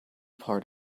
part